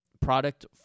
product